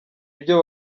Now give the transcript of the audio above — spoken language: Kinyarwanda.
ibyo